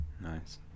Nice